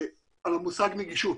המושג נגישות.